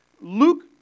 Luke